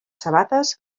sabates